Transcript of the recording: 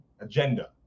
agenda